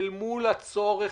אל מול הצורך